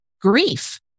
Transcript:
grief